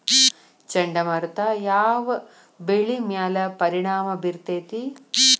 ಚಂಡಮಾರುತ ಯಾವ್ ಬೆಳಿ ಮ್ಯಾಲ್ ಪರಿಣಾಮ ಬಿರತೇತಿ?